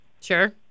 Sure